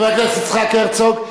חבר הכנסת יצחק הרצוג,